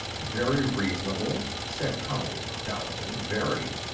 very reasonable! said howell dourly. very!